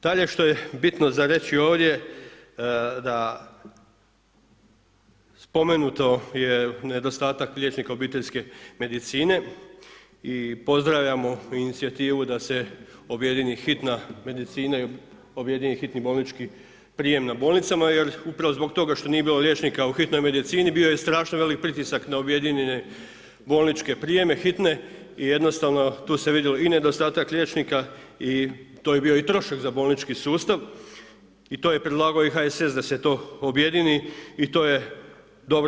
Dalje što je bitno za reći ovdje, da spomenuto je nedostatak liječnika obiteljske medicine i pozdravljam inicijativu da se objedini hitna medicina, objedine hitni bolnički prijemi na bolnicama jer upravo zbog toga što nije bilo liječnika u hitnoj medicini, bio je strašno veliki pritisak na objedinjene bolničke prijeme hitne, i jednostavno tu se vidjelo i nedostatak liječnika i to je bio i trošak za bolnički sustav i to je predlagao i HSS da se to objedini i to je dobro.